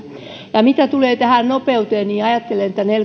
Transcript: mitä tulee nopeuteen niin ajattelen että